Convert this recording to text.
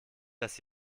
dass